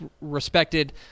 respected